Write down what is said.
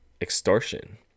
extortion